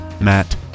Matt